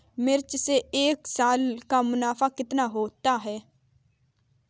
मिर्च से एक साल का मुनाफा कितना होता है?